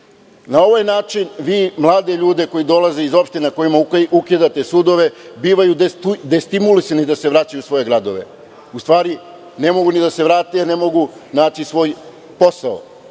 ovaj način vi mlade ljude koje dolaze iz opština kojima ukidate sudove bivaju destimulisani da se vraćaju u svoje gradove. U stvari ne mogu ni da se vrate, ne mogu naći svoj posao.